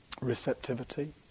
receptivity